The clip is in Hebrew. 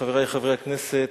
חברי חברי הכנסת,